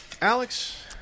Alex